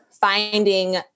finding